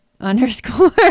underscore